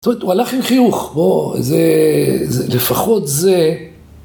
‫זאת אומרת, הוא הלך עם חיוך. ‫לפחות זה...